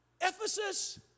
Ephesus